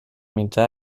mitjà